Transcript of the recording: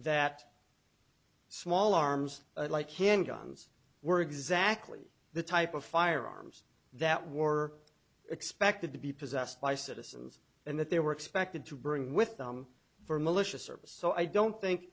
that small arms like handguns were exactly the type of firearms that were expected to be possessed by citizens and that they were expected to bring with them for militia service so i don't think